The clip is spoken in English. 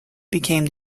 became